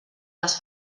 les